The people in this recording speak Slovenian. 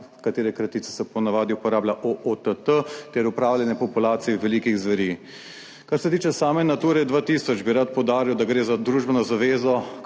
kratica se ponavadi uporablja OTT ter upravljanje populacije velikih zveri. Kar se tiče same Nature 2000, bi rad poudaril, da gre za družbeno zavezo,